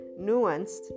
nuanced